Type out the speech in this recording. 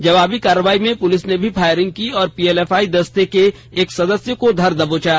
जवाबी कार्रवाई में पुलिस ने भी फायरिंग की और पीएलएफआई दस्ते के एक सदस्य को धर दबोचा